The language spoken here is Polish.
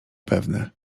pewne